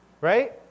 right